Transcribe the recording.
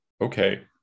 okay